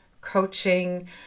coaching